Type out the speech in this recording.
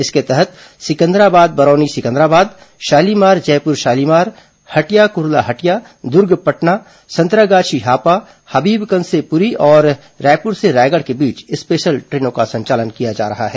इसके तहत सिकंदराबाद बरौनी सिकंदराबाद शालीमार जयपुर शालीमार हटिया कुर्ला हटिया दुर्ग पटना संतरागाछी हापा हबीबगंज से पुरी और रायपुर से रायगढ़ के बीच स्पेशल ट्रेनों का संचालन किया जा रहा है